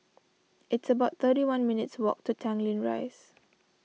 it's about thirty one minutes' walk to Tanglin Rise